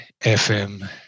FM